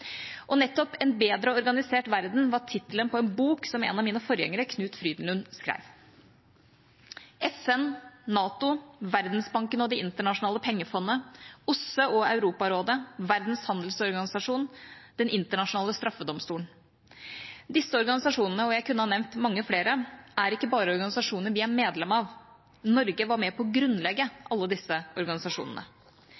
Og nettopp «En bedre organisert verden» var tittelen på en bok som en av mine forgjengere, Knut Frydenlund, skrev. FN, NATO, Verdensbanken, Det internasjonale pengefondet, OSSE, Europarådet, Verdens handelsorganisasjon, Den internasjonale straffedomstolen: Disse organisasjonene – og jeg kunne ha nevnt mange flere – er ikke bare organisasjoner vi er medlem av. Norge var med på å grunnlegge